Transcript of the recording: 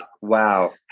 Wow